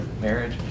marriage